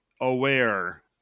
aware